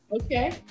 Okay